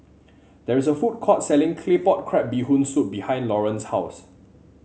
there is a food court selling Claypot Crab Bee Hoon Soup behind Loran's house